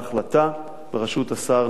בראשות השר נאמן,